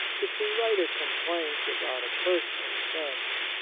if we write a complaint about a personal offence,